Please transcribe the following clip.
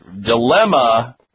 dilemma